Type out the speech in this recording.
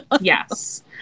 Yes